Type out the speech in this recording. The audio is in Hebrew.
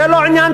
זה לא עניין,